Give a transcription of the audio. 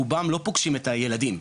רובם לא פוגשים את הילדים,